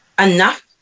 enough